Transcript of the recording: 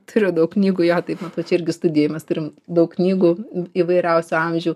turiu daug knygų jo tai vat čiairgi studijoj mes turim daug knygų įvairiausių amžių